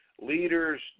Leaders